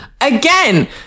Again